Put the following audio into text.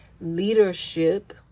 leadership